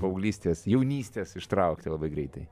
paauglystės jaunystės ištraukti labai greitai